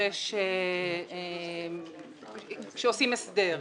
כאשר עושים הסדר.